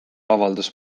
avaldas